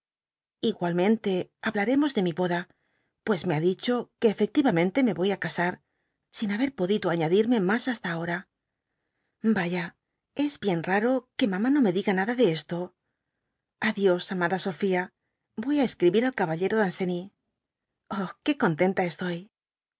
igualmente hablaremos de mi boda pues me ha dicho que efectivamente me voy á casar sin haber podido añadirme mas hasta ahora yaya es bien raro que mamá no me diga nada de esto a dios amada sofía voy á escrá ir al caballero danceny oh que contenu estoy de